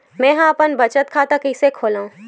मेंहा अपन बचत खाता कइसे खोलव?